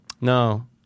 No